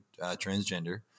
transgender